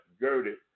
girded